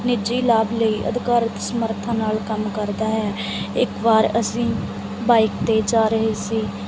ਨਿੱਜੀ ਲਾਭ ਲਈ ਅਧਿਕਾਰਿਤ ਸਮਰੱਥਾ ਨਾਲ ਕੰਮ ਕਰਦਾ ਹੈ ਇੱਕ ਵਾਰ ਅਸੀਂ ਬਾਈਕ 'ਤੇ ਜਾ ਰਹੇ ਸੀ